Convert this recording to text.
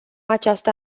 această